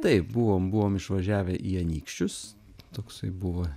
taip buvom buvom išvažiavę į anykščius toksai buvo